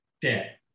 dead